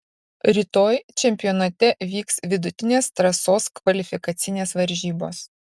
rytoj čempionate vyks vidutinės trasos kvalifikacinės varžybos